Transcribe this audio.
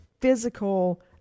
physical